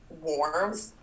warmth